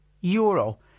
euro